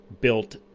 built